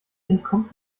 entkommt